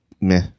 meh